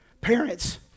Parents